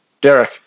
Derek